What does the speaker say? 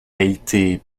été